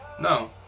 No